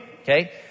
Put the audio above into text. Okay